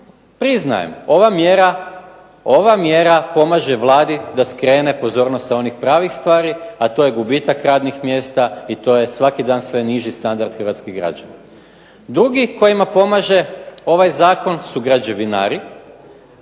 priznajem ova mjera pomaže Vladi da skrene pozornost sa onih pravih stvari, a to je gubitak radnih mjesta i to je svaki dan sve niži standard hrvatskih građana. Drugi kojima pomaže ovaj zakon su građevinari